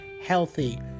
healthy